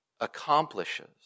accomplishes